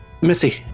Missy